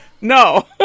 No